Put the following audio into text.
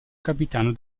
capitano